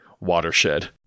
Watershed